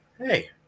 Hey